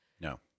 No